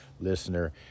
listener